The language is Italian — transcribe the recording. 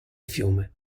fiume